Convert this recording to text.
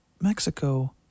Mexico